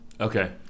Okay